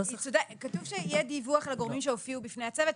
כתוב שיהיה דיווח על הגורמים שהופיעו בפני הצוות,